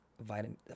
vitamin